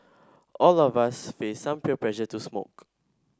all of us faced some peer pressure to smoke